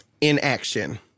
inaction